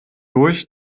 durch